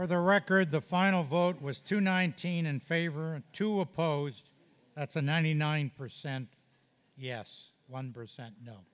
for the record the final vote was two nineteen in favor and two opposed that's a ninety nine percent yes one percent no